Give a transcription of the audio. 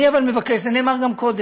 אבל אני מבקש, זה נאמר גם קודם,